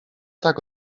tak